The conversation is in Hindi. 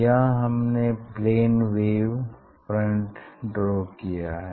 यहाँ हमने प्लेन वेव फ्रंट ड्रा किया है